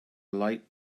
light